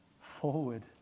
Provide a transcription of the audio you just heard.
forward